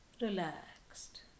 Relaxed